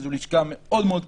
שזו לשכה מאוד מאוד קשה,